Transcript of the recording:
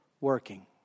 working